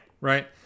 Right